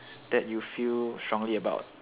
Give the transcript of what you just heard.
that you feel strongly about